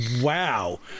Wow